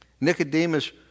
Nicodemus